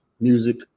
music